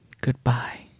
goodbye